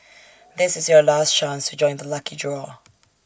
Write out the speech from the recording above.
this is your last chance to join the lucky draw